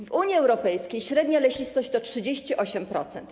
W Unii Europejskiej średnia lesistość to 38%.